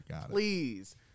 Please